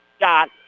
shot